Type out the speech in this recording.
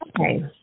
Okay